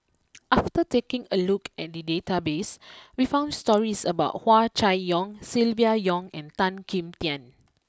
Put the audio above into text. after taking a look at the database we found stories about Hua Chai Yong Silvia Yong and Tan Kim Tian